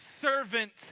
servant